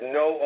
no